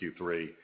Q3